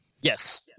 Yes